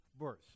verse